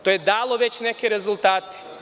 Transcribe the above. To je dalo već neke rezultate.